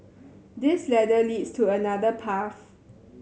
this ladder leads to another path